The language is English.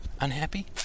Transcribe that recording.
unhappy